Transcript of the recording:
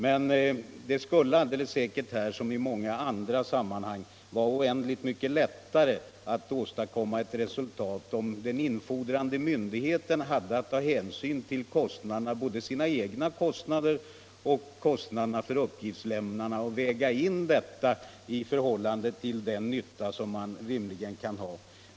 Men det skulle alldeles säkert här som i många andra sammanhang vara oändligt mycket lättare att nå ett bättre resultat, om den infordrande myndigheten hade att ta hänsyn både till sina egna kostnader och till uppgiftslämnarens kostnader och väga in dem i förhållande till den nytta man rimligen kan ha av uppgifterna.